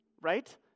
right